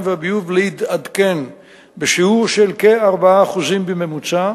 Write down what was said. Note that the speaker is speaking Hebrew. והביוב להתעדכן בשיעור של כ-4% בממוצע,